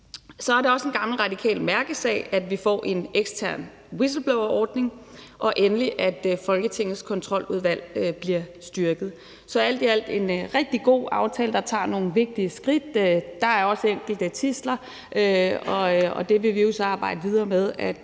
Det er også en gammel radikal mærkesag, at vi får en ekstern whistleblowerordning, og endelig, at Folketingets Kontroludvalg bliver styrket. Så alt i alt er det en rigtig god aftale, der gør, at vi tager nogle vigtige skridt. Der er også enkelte tidsler, og dem vil vi jo så arbejde videre med